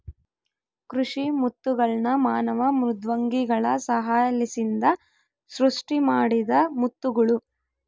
ಕೃಷಿ ಮುತ್ತುಗಳ್ನ ಮಾನವ ಮೃದ್ವಂಗಿಗಳ ಸಹಾಯಲಿಸಿಂದ ಸೃಷ್ಟಿಮಾಡಿದ ಮುತ್ತುಗುಳು